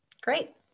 Great